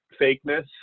fakeness